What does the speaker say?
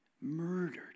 murdered